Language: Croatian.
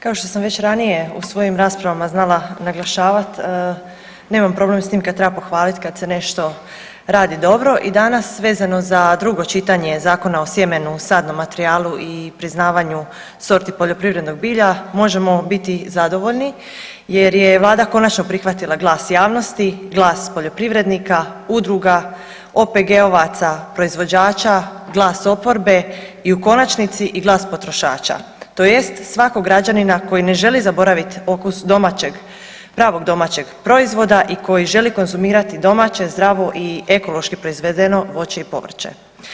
Kao što sam već ranije u svojim raspravama znala naglašavat nemam problem s tim kad treba pohvalit kad se nešto radi dobro i danas vezano za drugo čitanje Zakona o sjemenu, sadnom materijalu i priznavanju sorti poljoprivrednog bilja možemo biti zadovoljni jer je Vlada konačno prihvatila glas javnosti, glas poljoprivrednika, udruga, OPG-ovaca, proizvođača, glas oporbe i u konačnici i glas potrošača tj. Svakog građanina koji ne želi zaboravit okus domaćeg, pravog domaćeg proizvoda i koji želi konzumirati domaće, zdravo i ekološki proizvedeno voće i povrće.